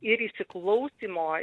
ir įsiklausymo